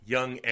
Young